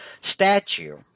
statue